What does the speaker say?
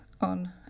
on